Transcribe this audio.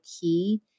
key